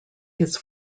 his